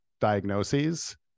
diagnoses